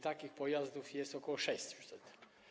Takich pojazdów jest ok. 600.